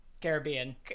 Caribbean